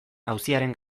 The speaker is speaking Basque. auziaren